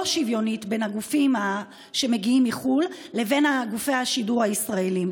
שוויונית בין הגופים שמגיעים מחו"ל לבין גופי השידור הישראליים.